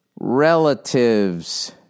Relatives